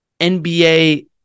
NBA